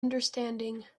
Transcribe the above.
understanding